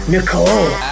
Nicole